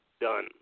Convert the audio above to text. done